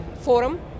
forum